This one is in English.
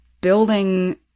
building